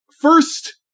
first